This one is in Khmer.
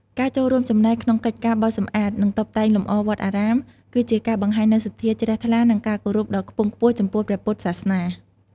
ការចូលរួមចំណែកក្នុងកិច្ចការបោសសម្អាត និងតុបតែងលម្អវត្តអារាម គឺជាការបង្ហាញនូវសទ្ធាជ្រះថ្លា និងការគោរពដ៏ខ្ពង់ខ្ពស់ចំពោះព្រះពុទ្ធសាសនា។